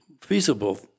feasible